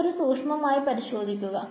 ഇതൊന്നു സൂക്ഷ്മായി പരിശോധിക്കു